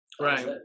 Right